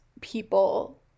people